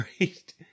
right